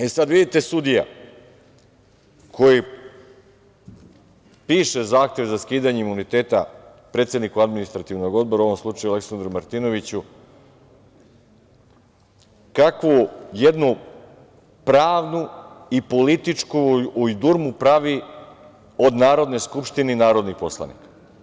E, sad vidite, sudija, koji piše zahtev za skidanje imuniteta predsedniku Administrativnog odbora, u ovom slučaju, Aleksandru Martinoviću, kakvu jednu pravnu i političku ujdurmu pravi od Narodne skupštine i narodnih poslanika.